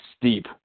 steep